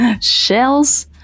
shells